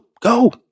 go